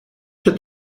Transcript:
się